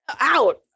out